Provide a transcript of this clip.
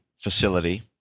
facility